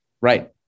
Right